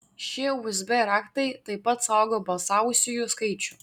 šie usb raktai taip pat saugo balsavusiųjų skaičių